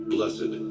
Blessed